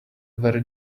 very